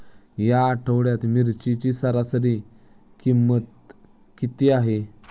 या आठवड्यात मिरचीची सरासरी किंमत किती आहे?